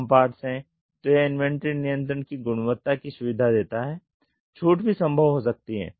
कम parts हैं तो यह इन्वेंटरी नियंत्रण की गुणवत्ता की सुविधा देता है छूट भी संभव हो सकती है